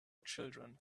children